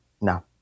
No